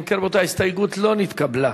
אם כן, רבותי, ההסתייגות לא נתקבלה.